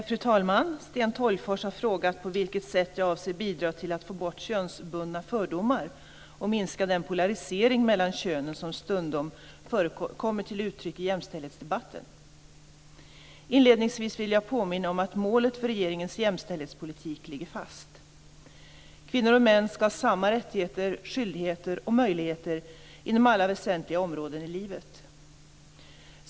Fru talman! Sten Tolgfors har frågat på vilket sätt jag avser bidra till att få bort könsbundna fördomar och minska den polarisering mellan könen som stundom kommer till uttryck i jämställdhetsdebatten. Inledningsvis vill jag påminna om att målet för regeringens jämställdhetspolitik ligger fast. Kvinnor och män skall ha samma rättigheter, skyldigheter och möjligheter inom alla väsentliga områden i livet.